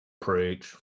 Preach